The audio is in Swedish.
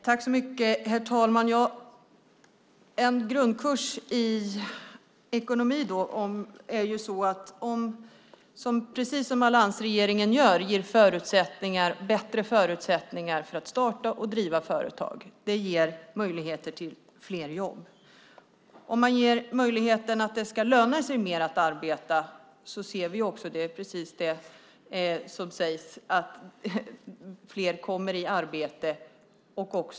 Herr talman! Som en grundkurs i ekonomi kan jag säga att precis det som alliansregeringen gör ger bättre förutsättningar för att starta och driva företag. Det ger möjligheter till fler jobb. Om man ger möjligheten att det ska löna sig mer att arbeta ser vi - det är precis det som sägs - att fler kommer i arbete.